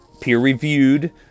Peer-reviewed